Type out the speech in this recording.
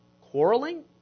Quarreling